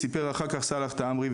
סיפר אחר כך סאלח תעמרי,